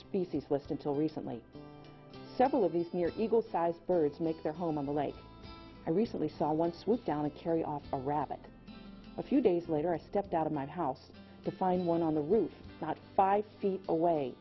species list until recently several of these near eagle sized birds make their home in the lake i recently saw one swoop down a carry off a rabbit a few days later i stepped out of my house to find one on the roof not five feet away